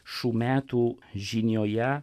šių metų žinioje